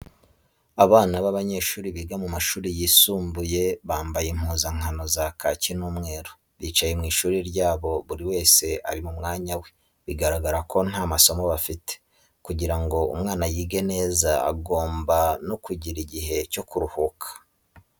Abana b'abanyeshuri biga mu mashuri yisumbuye bamabaye impuzankano za kaki n'umweru bicaye mu ishuri ryabo buri wese ari mu mwanya we biragaragara ko nta masomo bafite, kugira ngo umwana yige neza agomba no kugira igihe cyo kuruhuka.